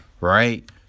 right